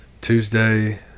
Tuesday